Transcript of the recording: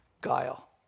guile